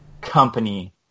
company